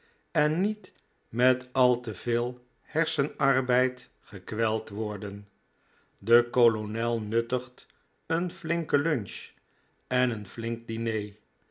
en niet met al te veel hersenarbeid gekweld worden de kolonel nuttigt een flinke lunch en een flink diner